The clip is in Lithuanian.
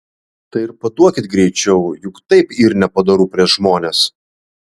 tai ir paduokit greičiau juk taip yr nepadoru prieš žmones